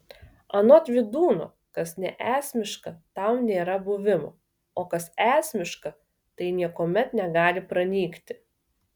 anot vydūno kas neesmiška tam nėra buvimo o kas esmiška tai niekuomet negali pranykti